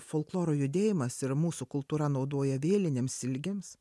folkloro judėjimas ir mūsų kultūra naudoja vėlinėms ilgėms